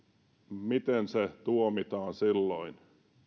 miten se tuomitaan silloin